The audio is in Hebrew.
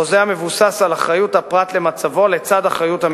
חוזה המבוסס על אחריות הפרט למצבו לצד אחריותה של